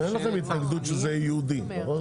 אין לכם התנגדות שזה יהיה ייעודי, נכון?